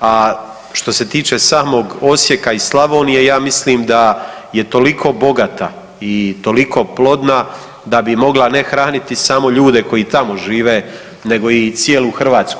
a što se tiče samog Osijeka i Slavonije, ja mislim da je toliko bogata i toliko plodna da bi mogla ne hraniti samo ljude koji tamo žive nego i cijelu Hrvatsku.